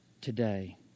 today